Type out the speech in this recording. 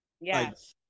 Yes